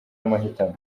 amahitamo